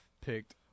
picked